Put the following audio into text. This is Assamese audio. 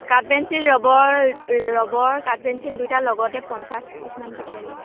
কাঠ পেঞ্চিল ৰবৰ ৰবৰ কাঠ পেঞ্চিল দুয়োটা লগতে পঞ্চাছ পিছমান পঠিয়াই দিব